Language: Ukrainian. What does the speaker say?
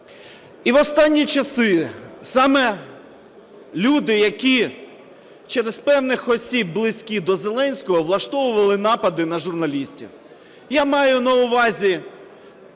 І в останні часи саме люди, які через певних осіб близькі до Зеленського, влаштовували напади на журналістів. Я маю на увазі